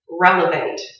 relevant